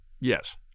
Yes